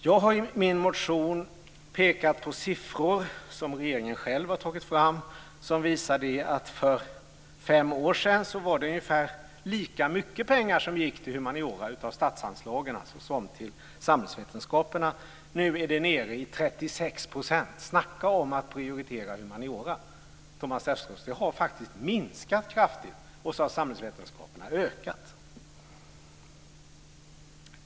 Jag har i min motion pekat på siffror som regeringen själv har tagit fram som visar att för fem år sedan gick ungefär lika mycket pengar av statsanslagen till humaniora som till samhällsvetenskaperna. Nu är det nere i 36 %. Snacka om att prioritera humaniora, Thomas Östros! Det har faktiskt minskat kraftigt, och för samhällsvetenskaperna har det ökat.